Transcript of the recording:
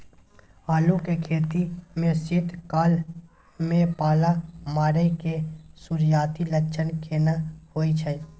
आलू के खेती में शीत काल में पाला मारै के सुरूआती लक्षण केना होय छै?